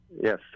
Yes